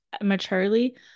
maturely